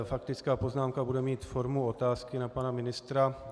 Faktická poznámka bude mít formu otázky na pana ministra.